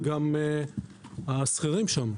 זה גם השכירים שם.